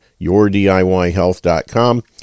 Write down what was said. yourdiyhealth.com